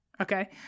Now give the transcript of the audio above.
okay